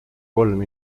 kolm